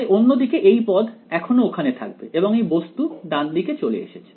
তাই অন্যদিকে এই পদ এখনো ওখানে থাকবে এবং এই বস্তু ডান দিকে চলে এসেছে